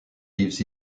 lives